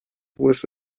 with